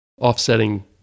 offsetting